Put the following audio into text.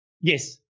Yes